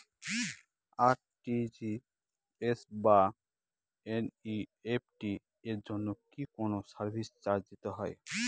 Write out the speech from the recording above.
RTGS বা NEFT এর জন্য কি কোনো সার্ভিস চার্জ দিতে হয়?